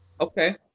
Okay